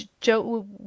Joe